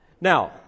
Now